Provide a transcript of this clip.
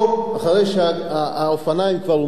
אחרי שהאופניים כבר הומצאו,